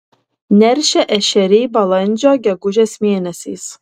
neršia ešeriai balandžio gegužės mėnesiais